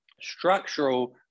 structural